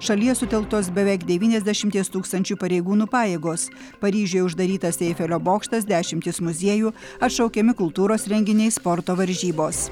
šalyje sutelktos beveik devyniasdešimties tūkstančių pareigūnų pajėgos paryžiuje uždarytas eifelio bokštas dešimtys muziejų atšaukiami kultūros renginiai sporto varžybos